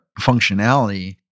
functionality